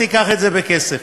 תיקח את זה בכסף.